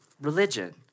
religion